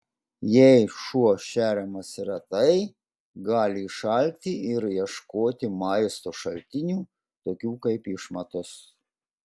jei šuo šeriamas retai gali išalkti ir ieškoti maisto šaltinių tokių kaip išmatos